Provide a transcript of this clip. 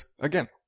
again